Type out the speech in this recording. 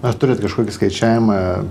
ar turit kažkokį skaičiavimą